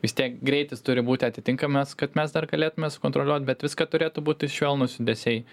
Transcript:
vis tiek greitis turi būti atitinkamas kad mes dar galėtume sukontroliuot bet viską turėtų būti švelnūs judesiai